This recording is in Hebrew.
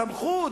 תמכו,